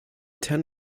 ten